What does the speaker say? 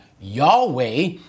Yahweh